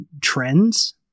trends